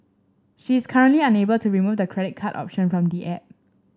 she's currently unable to remove the credit card option from the app